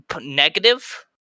negative